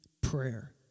Prayer